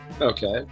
Okay